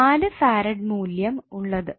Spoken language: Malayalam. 4 ഫാറെഡ് മൂല്യം ഉള്ളതു